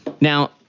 Now